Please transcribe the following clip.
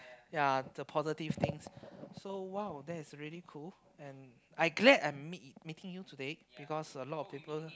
ya the positive things so !wow! that's really cool and I glad I'm meet meeting you today because a lot of people